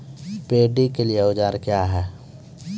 Paddy के लिए औजार क्या हैं?